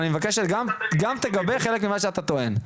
אבל אני מבקש שגם תגבה חלק ממה שאתה טוען.